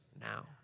now